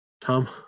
Tom